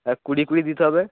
হ্যাঁ কুড়ি কুড়ি দিতে হবে